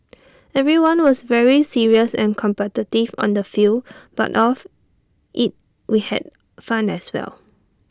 everyone was very serious and competitive on the field but off IT we had fun as well